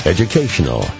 Educational